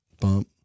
bump